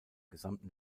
gesamten